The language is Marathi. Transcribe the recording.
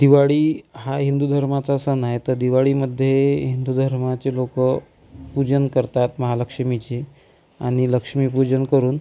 दिवाळी हा हिंदू धर्माचा सण आहे तर दिवाळीमध्ये हिंदू धर्माचे लोकं पूजन करतात महालक्ष्मीची आणि लक्ष्मीपूजन करून